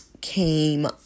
came